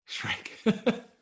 Shrek